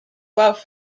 love